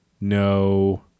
no